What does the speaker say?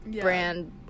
brand